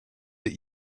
that